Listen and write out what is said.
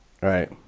Right